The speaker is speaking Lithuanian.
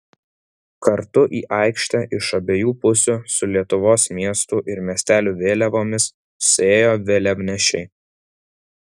kartu į aikštę iš abiejų pusių su lietuvos miestų ir miestelių vėliavomis suėjo vėliavnešiai